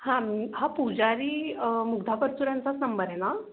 हां मी हा पूजारी मुग्धा परचुरेंचाच नंबर आहे ना